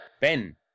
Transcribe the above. Ben